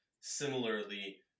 similarly